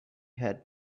had